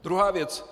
Druhá věc.